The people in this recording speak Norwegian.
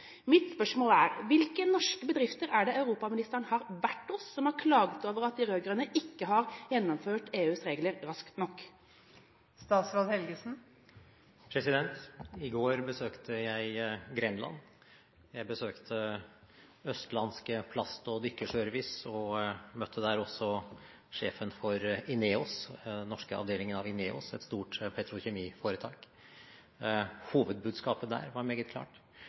Mitt spørsmål er: Hvilke norske bedrifter er det europaministeren har vært hos som har klaget over at de rød-grønne ikke har gjennomført EUs regler raskt nok? I går besøkte jeg Grenland, jeg besøkte Østlandske Plast- og Dykkerservice og møtte der også sjefen for den norske avdelingen av INEOS, et stort petrokjemiforetak. Hovedbudskapet der var meget klart: